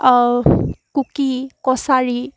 Kuki Kachari